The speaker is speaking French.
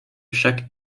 chaque